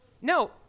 No